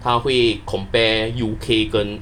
他会 compare U_K 跟